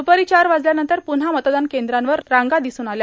द्रपारी चार वाजल्यानंतर प्न्हा मतदान केंद्रावर रांगा दिसून आल्या